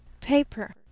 paper